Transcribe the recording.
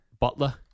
Butler